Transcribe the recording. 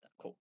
Cool